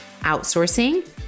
outsourcing